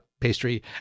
pastry